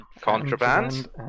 contraband